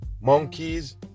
monkeys